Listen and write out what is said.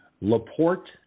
LaPorte